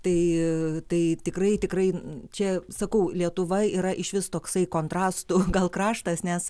tai tai tikrai tikrai čia sakau lietuva yra išvis toksai kontrastų kraštas nes